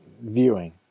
viewing